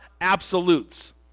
absolutes